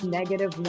negative